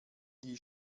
die